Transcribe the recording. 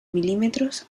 milímetros